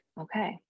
Okay